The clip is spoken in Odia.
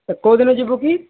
କୋଉ ଦିନ ଯିବୁ କି